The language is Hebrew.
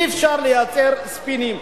אי-אפשר לייצר ספינים,